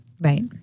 right